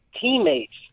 teammates